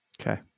Okay